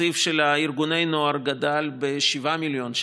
התקציב של ארגוני נוער גדל ב-7 מיליון שקל,